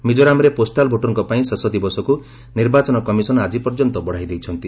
ମିକୋରାମ୍ରେ postal ଭୋଟରଙ୍କ ପାଇଁ ଶେଷ ଦିବସକୁ ନିର୍ବାଚନ କମିଶନ୍ ଆଜି ପର୍ଯ୍ୟନ୍ତ ବଡ଼ାଇ ଦେଇଛନ୍ତି